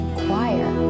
choir